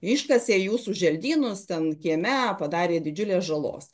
iškasė jūsų želdynus ten kieme padarė didžiulės žalos